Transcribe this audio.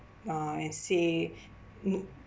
uh and say